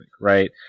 Right